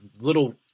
little